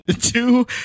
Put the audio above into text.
two